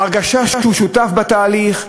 ההרגשה שהוא שותף בתהליך,